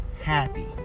happy